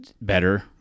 better